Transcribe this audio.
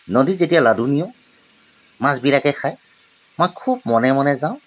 নদীত তেতিয়া লাডু নিওঁ মাছবিলাকে খায় মই খুব মনে মনে যাওঁ